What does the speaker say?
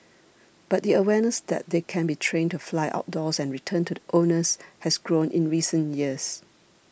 but the awareness that they can be trained to fly outdoors and return to the owners has grown in recent years